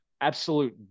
absolute